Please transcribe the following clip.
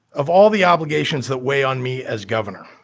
of all the obligations that weigh on me as governor,